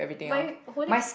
my whole lips